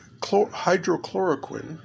hydrochloroquine